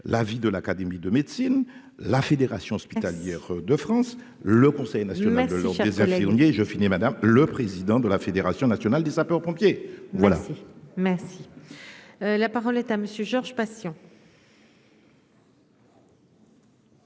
la vie de l'Académie de médecine, la Fédération hospitalière de France, le Conseil national de l'Ordre des infirmiers, je finis Madame le président de la Fédération nationale des sapeurs-pompiers voilà. Merci. La parole est à monsieur Georges Patient.